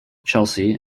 chelsea